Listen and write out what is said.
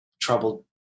troubled